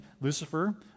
Lucifer